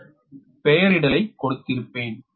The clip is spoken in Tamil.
நான் பெயரிடலைக் கொடுத்திருப்பேன்